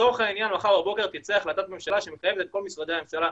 לצורך העניין מחר בבוקר תצא החלטת ממשלה שמחייבת את כל משרדי הממשלה,